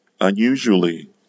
unusually